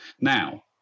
Now